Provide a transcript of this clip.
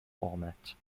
format